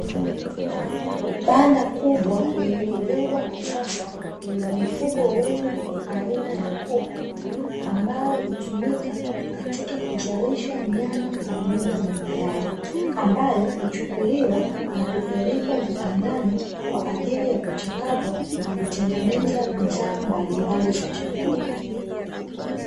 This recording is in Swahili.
Banda kubwa, lililojengwa kisasa, lina mifugo wengi, aina ya kuku, ambao hutumika katika kuzalisha nyama pamoja na mayai, ambayo huchukuliwa na kupelekwa viwandani kwa ajili ya kuchakatwa na kutengeneza bidhaa mbalimbali za chakula.